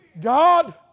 God